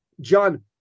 John